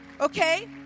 okay